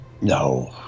No